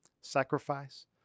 sacrifice